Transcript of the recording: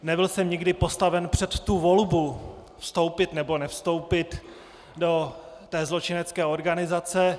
Nebyl jsem nikdy postaven před volbu vstoupit, nebo nevstoupit do zločinecké organizace.